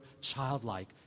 childlike